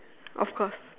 of course